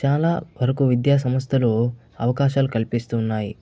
చాలా వరకు విద్యా సంస్థలు అవకాశాలు కల్పిస్తున్నాయి